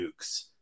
nukes